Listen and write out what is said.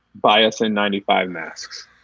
bias and ninety five masks.